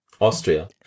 austria